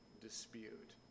dispute